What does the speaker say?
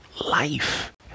life